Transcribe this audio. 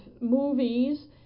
movies